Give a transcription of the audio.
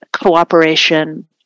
cooperation